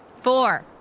Four